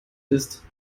ist